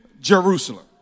Jerusalem